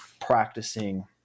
practicing